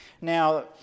Now